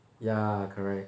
ya correct